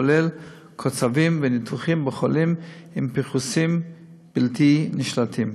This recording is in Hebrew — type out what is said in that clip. כולל קוצבים וניתוחים לחולים עם פרכוסים בלתי נשלטים.